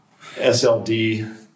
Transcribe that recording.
SLD